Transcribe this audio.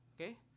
Okay